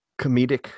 comedic